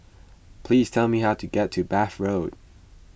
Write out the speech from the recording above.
please tell me how to get to Bath Road